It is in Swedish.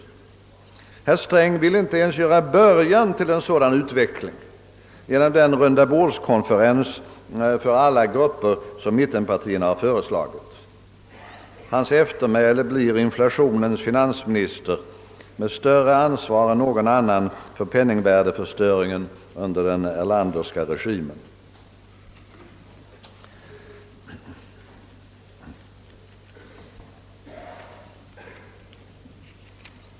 Herr Sträng vill inte ens söka åstadkomma en början till en sådan utveckling genom att gå med på den rundabordskonferens för alla grupper som mittenpartierna har föreslagit. Hans eftermäle blir inflationens finansminister, med större ansvar än någon annan för penningvärdeförstöringen under den Erlanderska regimen!